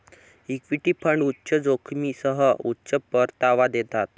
equity fund उच्च जोखमीसह उच्च परतावा देतात